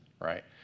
right